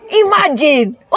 Imagine